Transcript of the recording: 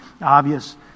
obvious